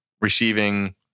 receiving